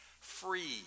free